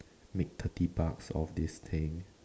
make thirty bucks off this thing